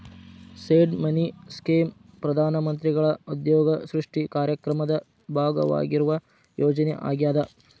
seed money scheme ಪ್ರಧಾನ ಮಂತ್ರಿಗಳ ಉದ್ಯೋಗ ಸೃಷ್ಟಿ ಕಾರ್ಯಕ್ರಮದ ಭಾಗವಾಗಿರುವ ಯೋಜನೆ ಆಗ್ಯಾದ